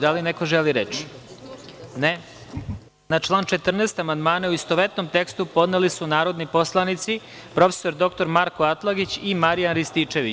Da li neko želi reč? (Ne.) Na član 14. amandmane, u istovetnom tekstu, podneli su narodni poslanici prof. dr Marko Atlagić i Marijan Rističević.